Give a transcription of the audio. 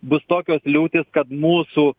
bus tokios liūtys kad mūsų